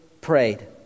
prayed